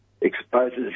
exposes